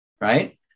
right